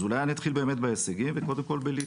אז אולי אני אתחיל באמת בהישגים וקודם כל בליטא.